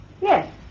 Yes